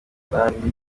n’abandi